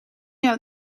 know